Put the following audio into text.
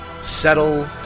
settle